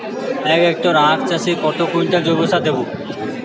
এক হেক্টরে আখ চাষে কত কুইন্টাল জৈবসার দেবো?